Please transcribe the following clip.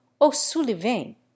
O'Sullivan